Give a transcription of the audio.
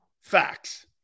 Facts